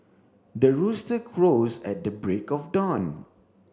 the rooster crows at the break of dawn